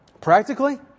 practically